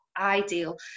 ideal